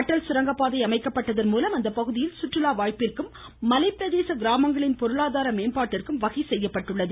அட்டல் சுரங்கப்பாதை அமைக்கப்பட்டதன் மூலம் அந்த பகுதியில் சுற்றுலா வாய்ப்பிற்கும் மலை பிரதேச கிராமங்களின் பொருளாதார மேம்பாட்டிற்கும் வகை செய்யப்பட்டுள்ளது